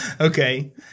Okay